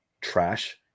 trash